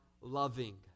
loving